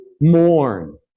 mourn